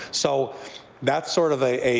so that's sort of a